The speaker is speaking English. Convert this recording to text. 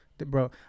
bro